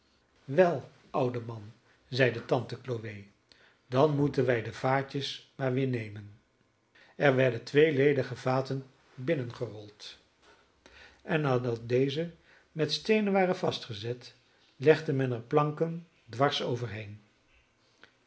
wel oude man zeide tante chloe dan moeten wij de vaatjes maar weer nemen er werden twee ledige vaten binnengerold en nadat deze met steenen waren vastgezet legde men er planken dwars overheen